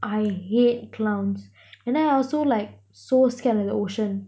I hate clowns and then I also like so scared of the ocean